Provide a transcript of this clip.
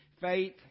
Faith